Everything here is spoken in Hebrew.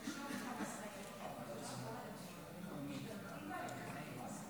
אדוני היושב בראש,